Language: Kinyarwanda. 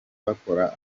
bakora